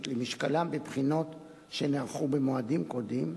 למשקלם בבחינות שנערכו במועדים קודמים,